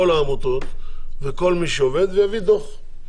העמותות ולגבי כל מי שעובד ויביא דוח.